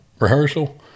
rehearsal